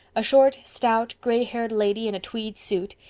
a short, stout gray-haired lady in a tweed suit,